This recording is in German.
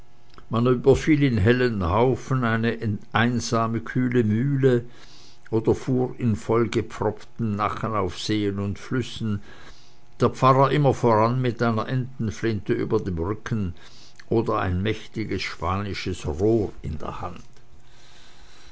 man überfiel in hellen haufen eine einsame kühle mühle oder fuhr in vollgepfropften nachen auf seen und flüssen der pfarrer immer voran mit einer entenflinte über dem rücken oder ein mächtiges spanisches rohr in der hand